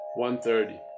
1.30